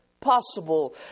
possible